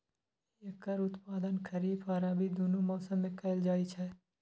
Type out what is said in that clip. एकर उत्पादन खरीफ आ रबी, दुनू मौसम मे कैल जाइ छै